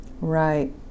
right